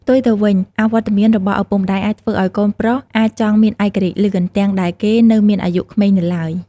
ផ្ទុយទៅវិញ អវត្តមានរបស់ឪពុកម្ដាយអាចធ្វើឱ្យកូនប្រុសអាចចង់មានឯករាជ្យលឿន ទាំងដែលគេនៅមានអាយុក្មេងនៅឡើយ។